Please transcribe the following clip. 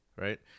right